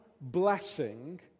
blessing